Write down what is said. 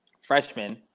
freshman